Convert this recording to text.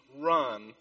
run